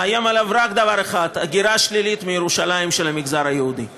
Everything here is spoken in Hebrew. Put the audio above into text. מאיים עליו רק דבר אחד: הגירה שלילית של המגזר היהודי מירושלים.